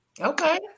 Okay